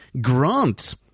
Grant